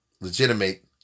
legitimate